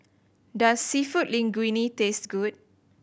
does Seafood Linguine taste good